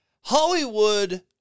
Hollywood